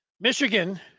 Michigan